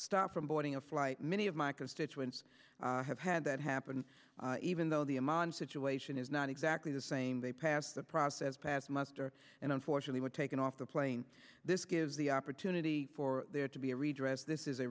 stopped from boarding a flight many of my constituents have had that happen even though the amman situation is not exactly the same they pass the process pass muster and unfortunately were taken off the plane this gives the opportunity for there to be a redress this is a